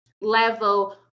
level